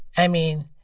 i mean,